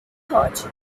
hot